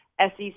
SEC